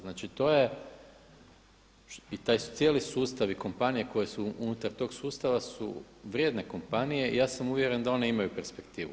Znači to je i taj cijeli sustav i kompanije koje su unutar tog sustava su vrijedne kompanije i ja sam uvjeren da one imaju perspektivu.